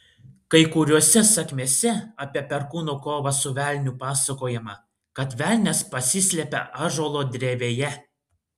kai kuriose sakmėse apie perkūno kovą su velniu pasakojama kad velnias pasislepia ąžuolo drevėje